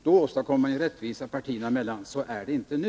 Då åstadkommer man ju rättvisa partierna emellan — så är det inte nu.